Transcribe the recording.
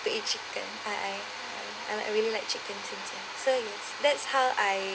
to eat chicken I I am I really like chicken since young so is that's how I